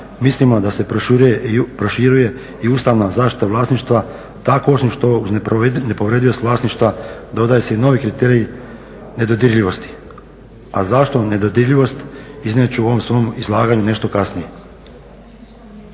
mislimo da se proširuje i ustavna zaštita vlasništva, tako osim što uz nepovredivost vlasništva dodaje se i novi kriterij nedodirljivosti, a zašto nedodirljivost, iznije ću u ovom svom izlaganju nešto kasnije.